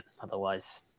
Otherwise